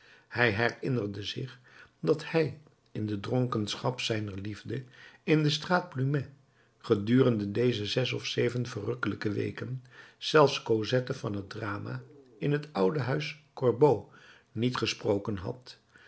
hij herinnerde zich dat hij in de dronkenschap zijner liefde in de straat plumet gedurende deze zes of zeven verrukkelijke weken zelfs cosette van het drama in het oude huis gorbeau niet gesproken had